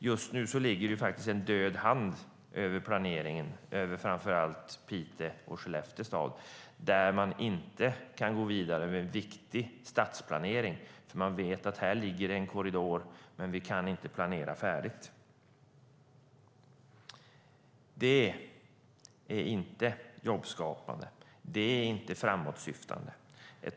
Just nu ligger det faktiskt en död hand över planeringen för framför allt Piteå och Skellefteå, där man inte kan gå vidare med en viktig stadsplanering. Man vet att här ligger en korridor, men man kan inte planera färdigt. Det är inte jobbskapande. Det är inte framåtsyftande.